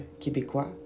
québécois